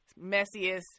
messiest